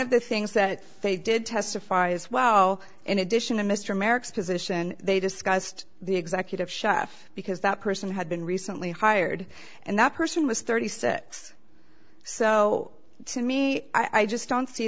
of the things that they did testify as well in addition to mr america's position they discussed the executive chef because that person had been recently hired and that person was thirty six so to me i just don't see